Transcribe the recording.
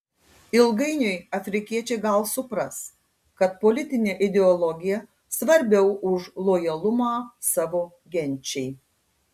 ilgainiui afrikiečiai gal supras kad politinė ideologija svarbiau už lojalumą savo genčiai